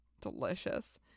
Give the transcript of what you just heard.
Delicious